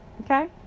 Okay